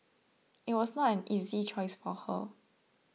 it was not an easy choice for her